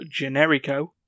Generico